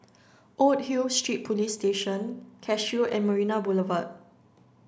old Hill Street Police Station Cashew and Marina Boulevard